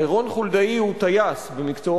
רון חולדאי הוא טייס במקצועו,